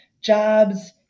jobs